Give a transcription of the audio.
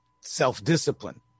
self-discipline